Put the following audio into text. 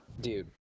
Dude